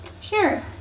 sure